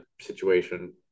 situation